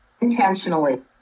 intentionally